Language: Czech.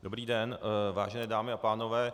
Dobrý den, vážené dámy a pánové.